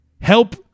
help